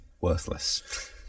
worthless